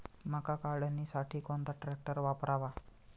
मका काढणीसाठी कोणता ट्रॅक्टर वापरावा?